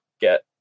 get